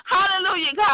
Hallelujah